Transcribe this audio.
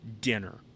dinner